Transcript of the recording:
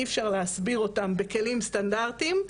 אי אפשר להסביר אותם בכלים סטנדרטיים,